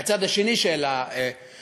מהצד השני של הסקאלה,